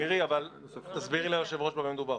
מירי, אבל תסבירי ליושב-ראש במה מדובר.